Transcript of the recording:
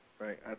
Right